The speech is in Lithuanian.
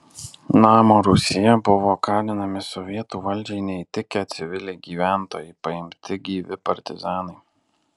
namo rūsyje buvo kalinami sovietų valdžiai neįtikę civiliai gyventojai paimti gyvi partizanai